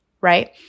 right